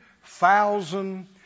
thousand